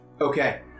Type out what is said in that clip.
Okay